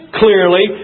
clearly